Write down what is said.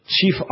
chief